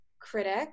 critic